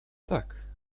tak